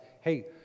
hey